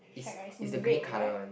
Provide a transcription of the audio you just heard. track right is in red right